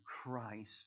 Christ